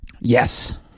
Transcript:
Yes